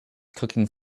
cooking